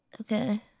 Okay